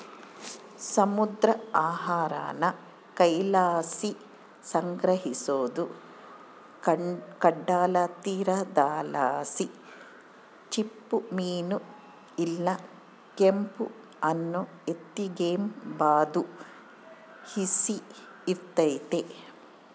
ಸಮುದ್ರ ಆಹಾರಾನ ಕೈಲಾಸಿ ಸಂಗ್ರಹಿಸೋದು ಕಡಲತೀರದಲಾಸಿ ಚಿಪ್ಪುಮೀನು ಇಲ್ಲ ಕೆಲ್ಪ್ ಅನ್ನು ಎತಿಗೆಂಬಾದು ಈಸಿ ಇರ್ತತೆ